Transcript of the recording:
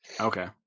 okay